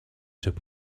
took